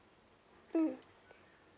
mm